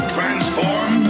Transform